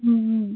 ம் ம்